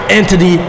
Entity